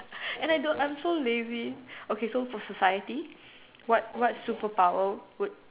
and I don't I'm so lazy okay so for society what what super power would